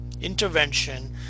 intervention